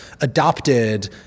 adopted